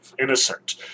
innocent